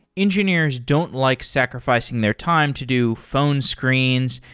engineers don't like sacrificing their time to do phone screens,